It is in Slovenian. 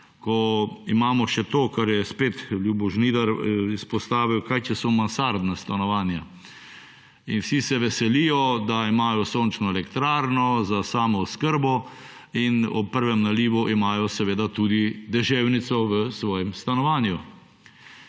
ko imamo še to, kar je spet Ljubo Žnidar izpostavil, kaj če so mansardna stanovanja. In vsi se veselijo, da imajo sončno elektrarno za samooskrbo in ob prvem nalivu imajo, seveda, tudi deževnico v svojem stanovanju.